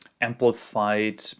amplified